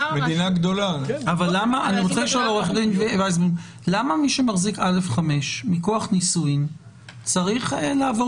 למה מי שמחזיק א5 מכוח נישואים צריך לעבור